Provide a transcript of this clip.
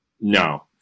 No